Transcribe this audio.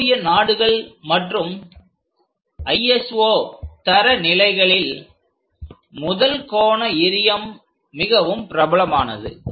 ஐரோப்பிய நாடுகள் மற்றும் ISO தர நிலைகளில் முதல் கோண எறியம் மிகவும் பிரபலமானது